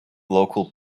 local